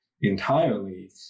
entirely